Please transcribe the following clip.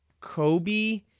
Kobe